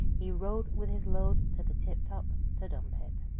he rode with his load to the tiptop to dump it!